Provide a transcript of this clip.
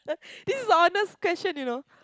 this is honest question you know